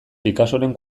picassoren